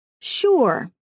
Sure